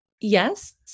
Yes